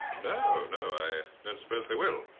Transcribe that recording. no no i don't suppose they will.